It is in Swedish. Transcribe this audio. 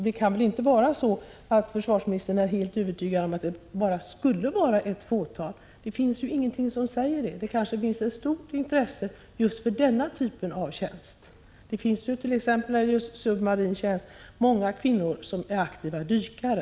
Det kan väl inte vara så att försvarsministern är helt övertygad om att det skulle röra sig om bara ett fåtal kvinnor som sökte till dessa befattningar. Ingenting talar för att det förhåller sig så. Det finns kanske ett stort intresse just för denna typ av tjänstgöring. När dett.ex. gäller submarin tjänst kan vi konstatera att många kvinnor i dag är aktiva dykare.